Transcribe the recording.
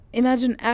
imagine